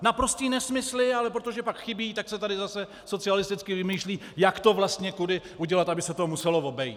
Naprosté nesmysly, ale protože pak chybí, tak se tady zase socialisticky vymýšlí, jak to vlastně kudy udělat, aby se to muselo obejít.